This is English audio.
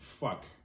fuck